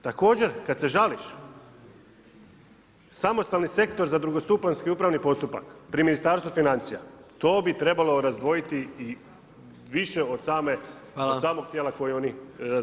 Također, kada se žališ, samostalni sektor, za drugostupanjski upravni postupak, pri Ministarstvu financija, to bi trebalo razdvojiti i više od svakog tijela koji oni znaju.